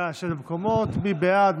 נא לשבת במקומות, מי בעד?